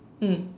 mm